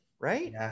Right